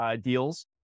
deals